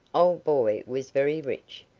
old boy was very rich.